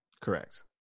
Correct